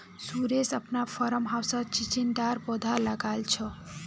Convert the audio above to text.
सुरेश अपनार फार्म हाउसत चिचिण्डार पौधा लगाल छ